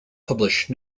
publish